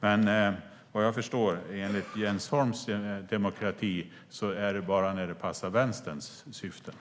Men vad jag förstår är det enligt Jens Holms uppfattning av demokrati bara när det passar Vänsterns syften.